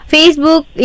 Facebook